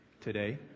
Today